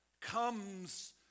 comes